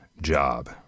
job